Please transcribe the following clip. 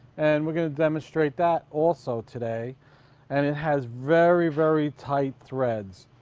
and we're going to demonstrate that also today and it has very very tight threads.